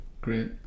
Great